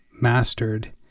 mastered